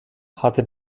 hatte